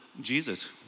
Jesus